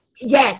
yes